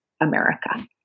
America